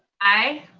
aye.